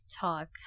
talk